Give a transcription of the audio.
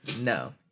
no